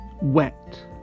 wet